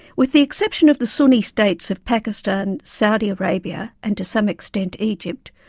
with the exception of the sunni states of pakistan, saudi arabia, and to some extent, egypt,